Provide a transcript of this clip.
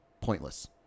pointless